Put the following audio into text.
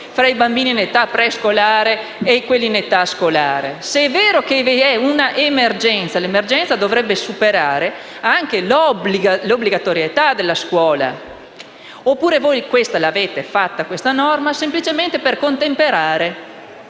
tra bambini in età prescolare e quelli in età scolare? Se è vero che vi è emergenza, quest'ultima dovrebbe superare anche l'obbligatorietà della scuola. Oppure avete fatto questa norma semplicemente per contemperare